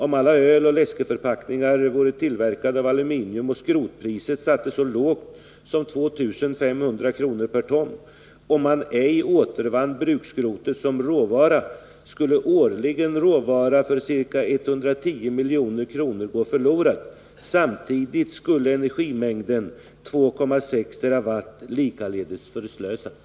Om alla öloch läskförpackningar vore tillverkade av aluminium och skrotpriset —-—— satts så lågt som 2500 kr/ton och man ej återvann burkskrotet som råvara skulle årligen råvara för ca 110 Mkr gå förlorad. Samtidigt skulle energimängden 2,6 TWh likaledes förslösas.”